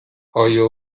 آیا